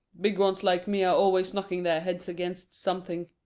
big uns like me are always knocking their heads against something.